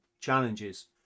Challenges